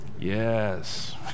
Yes